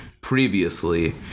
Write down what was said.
Previously